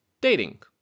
dating